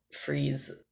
freeze